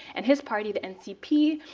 and his party, the ncp,